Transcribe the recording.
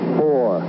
four